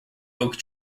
oak